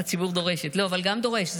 הציבור דורשת, אבל גם דורש.